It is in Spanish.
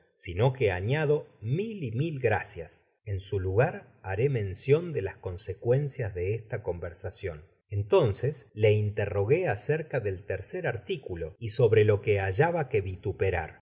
sino que abado mil y mil gracias en su lugar baré mencion de las consecuencias de esta conversacion fintoaces le interrogué acerca del tercer articulo y sobre lo que bailaba que vituperar